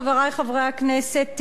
חברי חברי הכנסת,